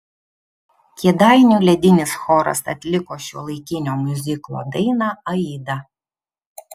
kėdainių ledinis choras atliko šiuolaikinio miuziklo dainą aida